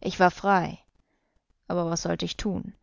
ich war frei aber was sollte ich tun